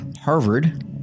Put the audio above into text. Harvard